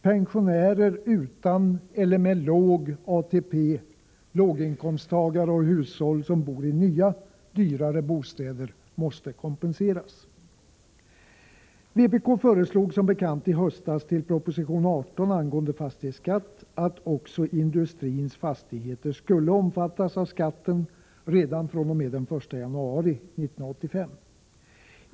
Pensionärer utan eller med låg ATP, låginkomsttagare och hushåll som bor i nya, dyrare bostäder måste kompenseras. Vpk föreslog som bekant i höstas med anledning av proposition 18 angående fastighetsskatt att också industrins fastigheter skulle omfattas av skatten redan fr.o.m. den 1 januari 1985.